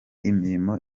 imirimo